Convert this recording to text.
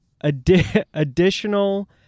Additional